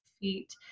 feet